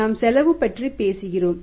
நாம் செலவு பற்றிபேசுகிறோம்